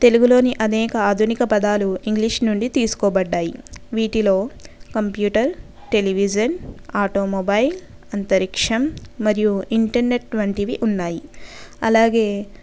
తెలుగులో అనేక ఆదునిక పదాలు ఇంగ్లీషు నుండి తీసుకోబడ్డాయి వీటిలో కంప్యూటర్ టెలివిజన్ ఆటోమొబైల్ అంతరిక్షం మరియు ఇంటర్నెట్ వంటివి ఉన్నాయి అలాగే